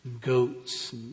goats